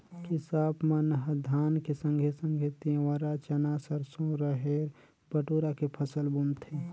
किसाप मन ह धान के संघे संघे तिंवरा, चना, सरसो, रहेर, बटुरा के फसल बुनथें